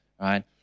right